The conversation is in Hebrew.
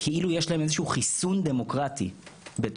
כאילו יש להם איזה שהוא חיסון דמוקרטי בתוכם,